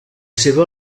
seva